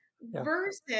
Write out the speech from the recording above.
versus